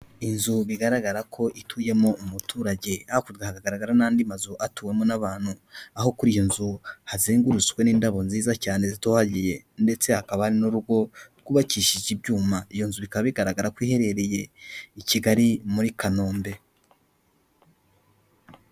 Inzu bigaragara ko ituyemo umuturage, hakurya hagaragara n'andi mazu atuwemo n'abantu, aho kuri iyi nzu hazengurutswe n'indabo nziza cyane zitohagiye ndetse hakaba n'urugo rwubakishije ibyuma, iyo nzu bikaba bigaragara ko iherereye i Kigali muri Kanombe.